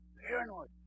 Paranoid